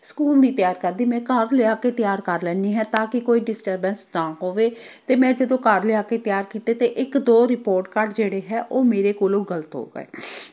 school ਨਹੀਂ ਤਿਆਰ ਕਰਦੀ ਮੈਂ ਘਰ ਲਿਆ ਕੇ ਤਿਆਰ ਕਰ ਲੈਂਦੀ ਹਾਂ ਤਾਂ ਕਿ ਕੋਈ ਡਿਸਟਰਬੈਂਸ ਨਾ ਹੋਵੇ ਅਤੇ ਮੈਂ ਜਦੋਂ ਘਰ ਲਿਆ ਕੇ ਤਿਆਰ ਕੀਤੇ ਤਾਂ ਇੱਕ ਦੋ ਰਿਪੋਰਟ ਕਾਰਡ ਜਿਹੜੇ ਹੈ ਉਹ ਮੇਰੇ ਕੋਲੋਂ ਗਲਤ ਹੋ ਗਏ